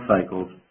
cycles